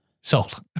salt